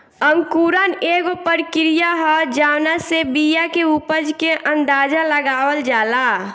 अंकुरण एगो प्रक्रिया ह जावना से बिया के उपज के अंदाज़ा लगावल जाला